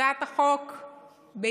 הצעת החוק בעיקר